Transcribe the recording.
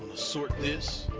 sort this.